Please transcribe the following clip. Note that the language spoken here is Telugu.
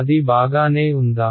అది బాగానే ఉందా